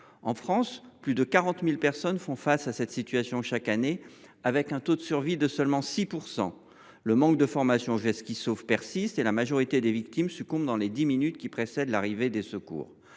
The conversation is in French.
En France, plus de 40 000 personnes font face à cette situation chaque année, avec un taux de survie de seulement 6 %. Le manque de formation aux gestes qui sauvent persiste et la majorité des victimes succombent dans les dix minutes qui précèdent l’arrivée des secours.